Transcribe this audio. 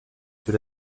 sous